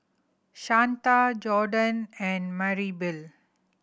Shanta Jordon and Maribel